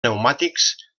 pneumàtics